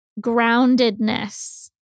groundedness